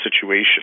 situation